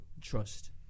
trust